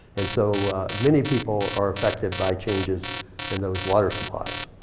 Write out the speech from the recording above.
and so many people are affected by changes in those water supplies.